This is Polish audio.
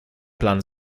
plan